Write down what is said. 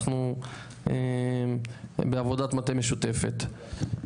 ואנחנו בעבודת מטה משותפת.